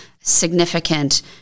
significant